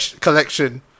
collection